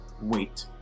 wait